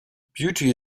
beauty